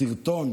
בסרטון